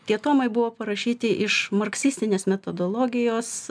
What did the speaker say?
tie tomai buvo parašyti iš marksistinės metodologijos